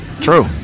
True